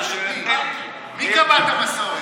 מי קבע את המסורת?